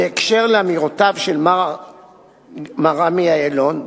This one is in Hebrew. בקשר לאמירותיו של עמי אילון,